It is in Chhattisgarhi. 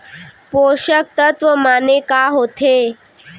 पोसक तत्व माने का होथे?